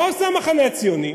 מה עושה המחנה הציוני?